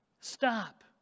stop